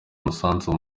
umusanzu